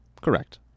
Correct